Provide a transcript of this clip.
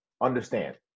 understand